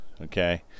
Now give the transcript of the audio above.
okay